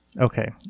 Okay